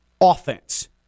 offense